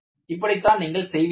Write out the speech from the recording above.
இப்படித்தான் நீங்கள் செய்வீர்கள்